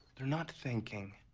they're not thinking.